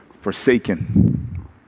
forsaken